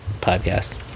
podcast